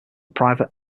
private